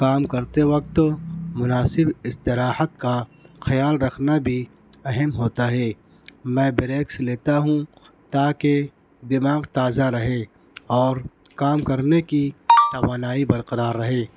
کام کرتے وقت مناسب استراحت کا خیال رکھنا بھی اہم ہوتا ہے میں بریکس لتیا ہوں تاکہ دماغ تازہ رہے اور کام کرنے کی توانائی برقرار رہے